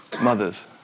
mothers